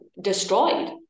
destroyed